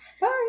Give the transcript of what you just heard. Bye